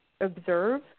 observe